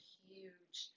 huge